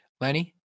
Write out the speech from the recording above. Lenny